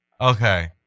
okay